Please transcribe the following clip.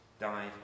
died